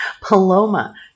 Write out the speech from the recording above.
Paloma